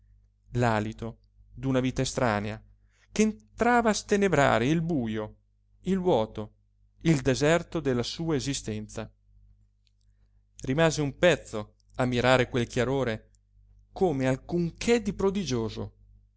dirimpetto l'alito d'una vita estranea ch'entrava a stenebrare il bujo il vuoto il deserto della sua esistenza rimase un pezzo a mirare quel chiarore come alcunché di prodigioso